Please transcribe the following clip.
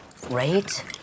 great